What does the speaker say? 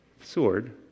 sword